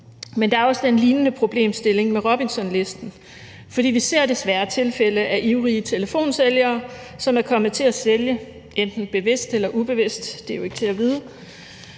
Men der er også den lignende problemstilling med Robinsonlisten. For vi ser desværre tilfælde med ivrige telefonsælgere, som er kommet til enten bevidst eller ubevidst – det er jo ikke til at vide